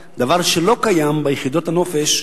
ואנשים חשבו שהם קונים יחידה שיכולים פעם בשנה ללכת לנופש,